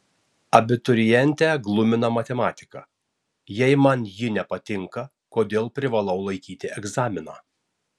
abiturientę glumina matematika jei man ji nepatinka kodėl privalau laikyti egzaminą